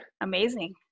amazing